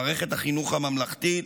מערכת החינוך הממלכתית,